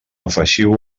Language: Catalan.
afegiu